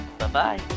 Bye-bye